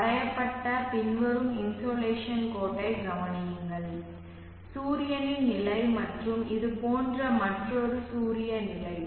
வரையப்பட்ட பின்வரும் இன்சோலேஷன் கோட்டைக் கவனியுங்கள் சூரியனின் நிலை மற்றும் இது போன்ற மற்றொரு சூரிய நிலை